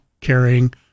carrying